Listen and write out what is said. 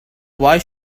why